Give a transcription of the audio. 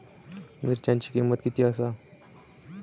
मिरच्यांची किंमत किती आसा?